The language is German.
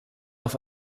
auf